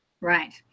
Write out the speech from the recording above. Right